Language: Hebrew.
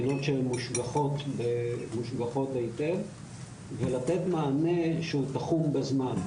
בחינות שהן מושגחות היטב ולתת מענה שהוא תחום בזמן,